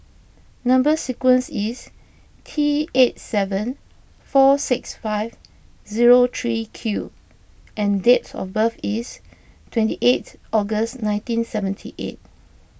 Number Sequence is T eight seven four six five zero three Q and dates of birth is twenty eight August nineteen seventy eight